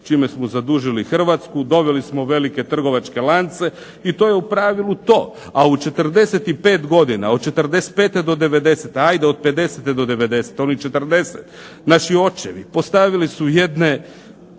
čime smo zadužili Hrvatsku, doveli smo velike trgovačke lance i to je u pravilu to. A u 45 godina od '45. do '90.-te, hajde od '50. do '90. onih 40, naši očevi postavili su jedne